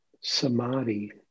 samadhi